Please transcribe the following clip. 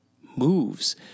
moves